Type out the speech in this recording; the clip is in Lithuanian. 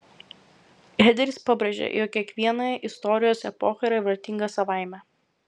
hederis pabrėžė jog kiekviena istorijos epocha yra vertinga savaime